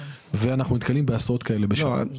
אנחנו נתקלים בעשרות כאלה בשנה.